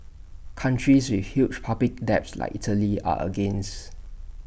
countries with huge public debts like Italy are against